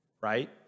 right